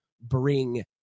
bring